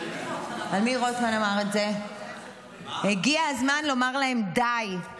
על מי רוטמן אמר את זה: הגיע הזמן לומר להם די,